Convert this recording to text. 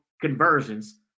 conversions